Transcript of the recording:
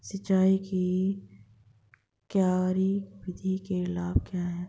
सिंचाई की क्यारी विधि के लाभ क्या हैं?